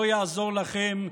לא יעזור לכם.